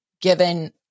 Given